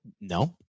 No